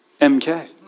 MK